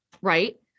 right